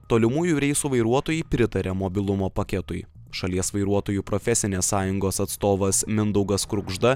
tolimųjų reisų vairuotojai pritaria mobilumo paketui šalies vairuotojų profesinės sąjungos atstovas mindaugas krugžda